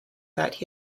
that